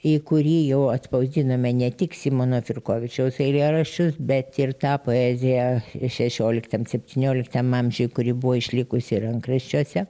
į kurį jau atspausdinome ne tik simono firkovičiaus eilėraščius bet ir tą poeziją i šešioliktam septynioliktam amžiuj kuri buvo išlikusi rankraščiuose